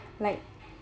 like